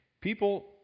People